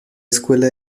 escuela